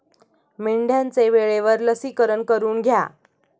मेंढ्यांचे वेळेवर लसीकरण करून घ्या